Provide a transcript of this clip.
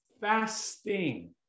fasting